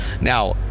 Now